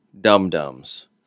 dum-dums